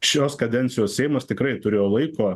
šios kadencijos seimas tikrai turėjo laiko